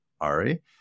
Ari